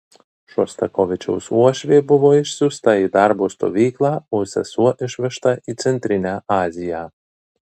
šostakovičiaus uošvė buvo išsiųsta į darbo stovyklą o sesuo išvežta į centrinę aziją